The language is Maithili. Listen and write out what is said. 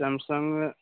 सैमसंग